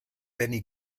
benny